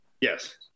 Yes